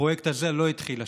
הפרויקט הזה לא התחיל השנה.